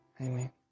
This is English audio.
amen